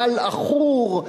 גל עכור,